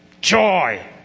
joy